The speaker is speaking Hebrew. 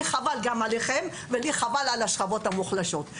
לי חבל גם עליכם, ולי חבל על השכבות המוחלשות.